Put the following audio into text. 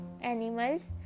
animals